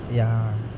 ya